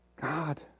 God